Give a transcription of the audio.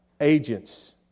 agents